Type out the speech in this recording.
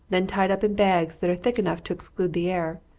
then tied up in bags that are thick enough to exclude the air.